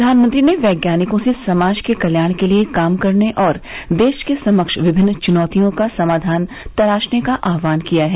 प्रधानमंत्री ने वैज्ञानिकों से समाज के कल्याण के लिए काम करने और देश के समक्ष विभिन्न चुनौतियों का समाधान तलाशने का आहवान किया है